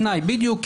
על תנאי, בדיוק.